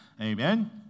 amen